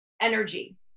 energy